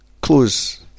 close